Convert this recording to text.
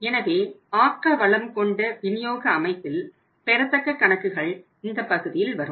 எனவே ஆக்க வளம் கொண்ட விநியோக அமைப்பில் பெறத்தக்க கணக்குகள் இந்த பகுதியில் வரும்